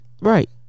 right